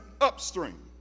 upstream